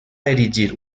erigir